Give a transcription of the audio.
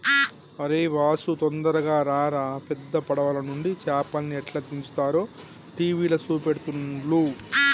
అరేయ్ వాసు తొందరగా రారా పెద్ద పడవలనుండి చేపల్ని ఎట్లా దించుతారో టీవీల చూపెడుతుల్ను